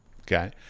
Okay